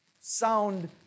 sound